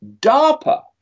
DARPA